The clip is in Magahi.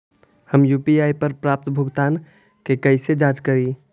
हम यु.पी.आई पर प्राप्त भुगतानों के जांच कैसे करी?